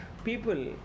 People